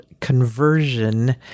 conversion